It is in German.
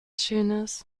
schönes